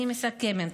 אני מסכמת.